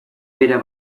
bera